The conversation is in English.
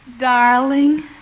Darling